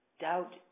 doubt